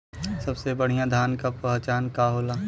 सबसे बढ़ियां धान का पहचान का होला?